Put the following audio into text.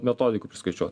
metodikų priskaičiuot